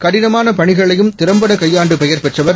கடினமானபணிகளையும்திறம்படகையாண்டுபெயர்பெற்ற வர்